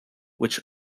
which